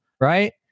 right